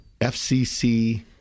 fcc